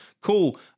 cool